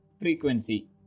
Frequency